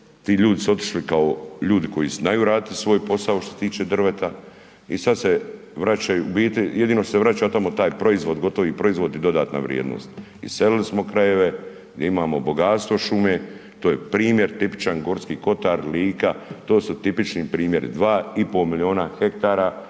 ti ljudi su otišli kao ljudi koji znaju raditi svoj posao što se tiče drveta i sad se vraćaju, u biti jedino se vraća tamo taj proizvod, gotovi proizvod i dodatna vrijednost. Iselili smo krajeve gdje imamo bogatstvo šume, to je primjer tipičan G. kotar, Lika, to su tipični primjeri. 2,5 milijuna ha